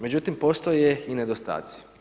Međutim, postoje i nedostaci.